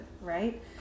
right